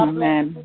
Amen